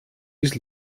bis